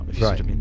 Right